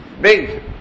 Big